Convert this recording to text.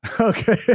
Okay